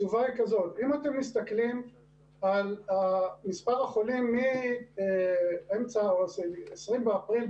היא כזו: אם אתם מסתכלים על מספר החולים מ-20 באפריל,